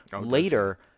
later –